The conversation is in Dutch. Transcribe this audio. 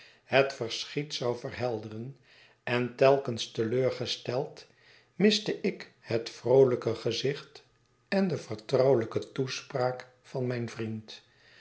het verschiet zou verhelderen en telkens te leur gesteld miste ik het vroolijke gezicht en de vertrouwelijke toespraak van mijn vriend